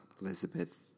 Elizabeth